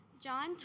John